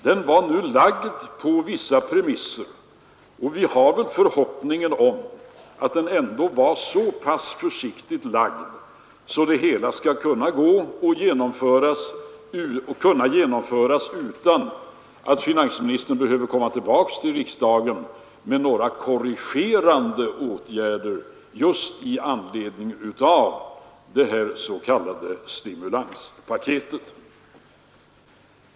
Propositionen bygger på vissa premisser, och vi har väl förhoppningen att den ändå var så pass försiktig, att det hela skulle kunna genomföras utan att finansministern behöver komma tillbaka till riksdagen med förslag om några korrigerande åtgärder, just med anledning av detta s.k. stimulanspaket.